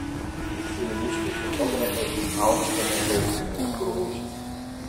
trys vilniškiai fotografai aukština sostinės grožį